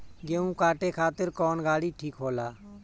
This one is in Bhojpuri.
गेहूं काटे खातिर कौन गाड़ी ठीक होला?